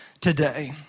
today